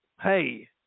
Hey